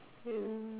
hmm